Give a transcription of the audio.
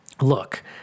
Look